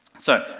so,